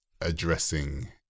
addressing